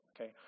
okay